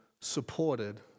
supported